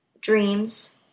dreams